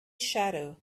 shadow